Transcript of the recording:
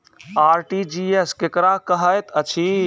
RTGS केकरा कहैत अछि?